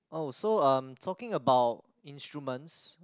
oh so um talking about instruments